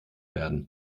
werden